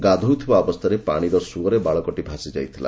ଗାଧୋଉଥିବା ଅବସ୍ଥାରେ ପାଣିର ସୁଅରେ ବାଳକଟି ଭାସିଯାଇଥିଲା